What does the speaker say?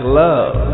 love